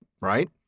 Right